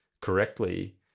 correctly